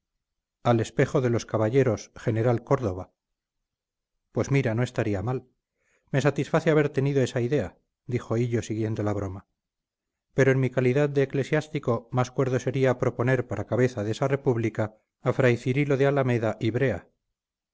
al espejo de los caballeros general córdova pues mira no estaría mal me satisface haber tenido esa idea dijo hillo siguiendo la broma pero en mi calidad de eclesiástico más cuerdo sería proponer para cabeza de esa república a fray cirilo de alameda y brea